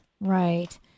Right